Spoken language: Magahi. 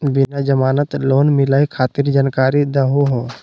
बिना जमानत लोन मिलई खातिर जानकारी दहु हो?